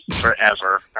forever